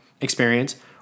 experience